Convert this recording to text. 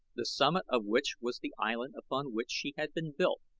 the summit of which was the island upon which she had been built,